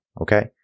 Okay